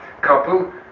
couple